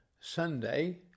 Sunday